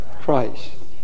Christ